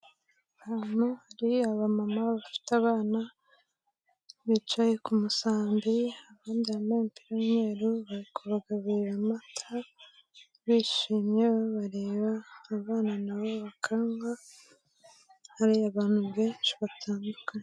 Ahantu hari abamama bafite abana bicaye ku musambi, abandi bambaye ibipira y'umweru bari kubagaburira amata, bishimye babareba, abana na bo bakanywa, hari abantu benshi batandukanye.